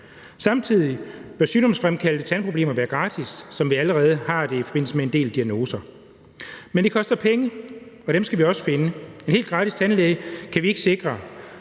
Samtidig bør sygdomsfremkaldte tandproblemer være gratis, som vi allerede har det i forbindelse med en del diagnoser. Men det koster penge, og dem skal vi også finde. Helt gratis tandlæge kan vi ikke sikre,